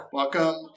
welcome